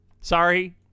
sorry